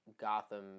Gotham